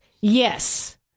Yes